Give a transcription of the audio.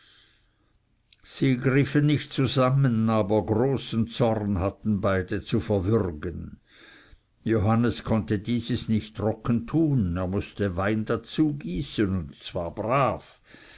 sie griffen nicht zusammen aber großen zorn hatten beide zu verwürgen johannes konnte dieses nicht trocken tun er mußte wein dazu gießen und zwar brav